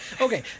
Okay